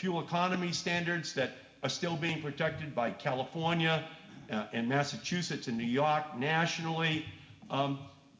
fuel economy standards that are still being protected by california in massachusetts in new york nationally